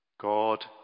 God